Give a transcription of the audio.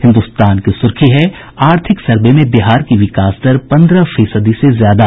हिन्दुस्तान की सुर्खी है आर्थिक सर्वे में बिहार की विकास दर पन्द्रह फीसदी से ज्यादा